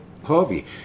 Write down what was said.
Harvey